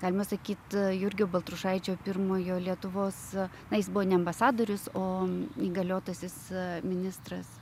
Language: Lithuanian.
galima sakyt jurgio baltrušaičio pirmojo lietuvos jis buvo ne ambasadorius o įgaliotasis ministras